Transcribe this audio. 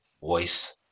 voice